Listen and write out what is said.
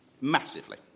Massively